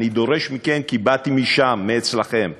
אני דורש מכם, כי באתי משם, מאצלכם,